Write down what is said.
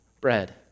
bread